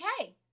okay